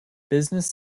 business